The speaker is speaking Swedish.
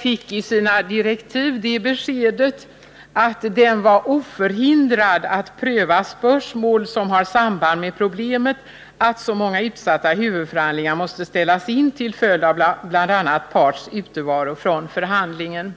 fick i sina direktiv det beskedet, att den var oförhindrad att pröva spörsmål som har samband med problemet att så många utsatta huvudförhandlingar måste ställas in till följd av bl.a. parts utevaro från förhandlingen.